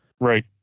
Right